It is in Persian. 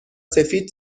سفید